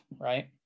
right